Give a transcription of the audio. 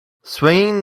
swinging